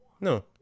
No